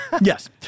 Yes